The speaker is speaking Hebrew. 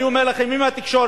אני אומר לכם, אם התקשורת